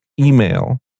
email